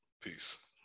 Peace